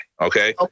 okay